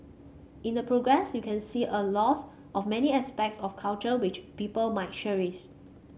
in the progress you can see a loss of many aspects of culture which people might cherish